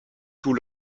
tout